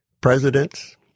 presidents